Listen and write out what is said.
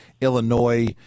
Illinois